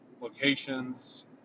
locations